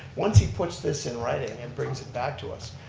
once he puts this in writing and brings it back to us,